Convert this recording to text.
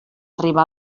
arribar